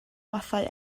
mathau